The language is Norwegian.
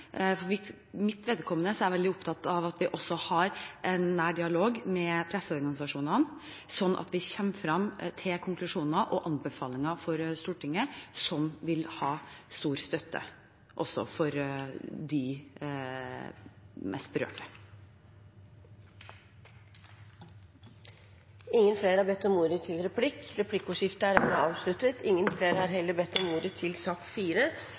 For mitt vedkommende er jeg veldig opptatt av at vi også har en nær dialog med presseorganisasjonene, slik at vi kommer frem til konklusjoner og anbefalinger for Stortinget som vil ha stor støtte også hos de mest berørte. Replikkordskiftet er omme. Flere har ikke bedt om ordet til sak nr. 4. Etter ønske fra familie- og kulturkomiteen vil presidenten foreslå at taletiden blir begrenset til